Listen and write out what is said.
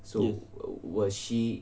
yes